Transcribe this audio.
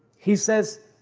he says,